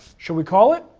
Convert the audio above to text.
should we call it?